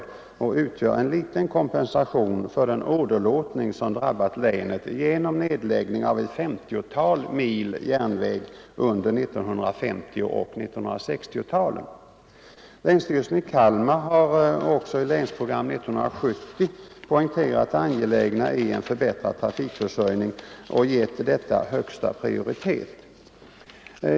Detta skulle också utgöra en liten kompensation för den åderlåtning som drabbat länet genom nedläggning av ett femtiotal mil järnväg under 1950 och 1960-talen. Länsstyrelsen i Kalmar har också i Länsprogram 1970 poängterat det angelägna i en förbättrad trafikförsörjning och gett en sådan högsta prioritet.